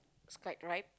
sky ride